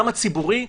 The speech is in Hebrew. למה ציבורי?